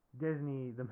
Disney